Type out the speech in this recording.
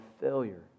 failure